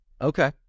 Okay